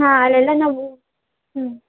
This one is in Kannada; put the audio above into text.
ಹಾಂ ಅಲ್ಲೆಲ್ಲ ನಾವು ಹ್ಞೂ